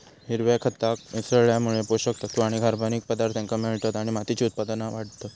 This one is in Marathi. हिरव्या खताक मिसळल्यामुळे पोषक तत्त्व आणि कर्बनिक पदार्थांक मिळतत आणि मातीची उत्पादनता वाढता